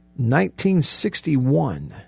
1961